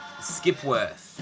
Skipworth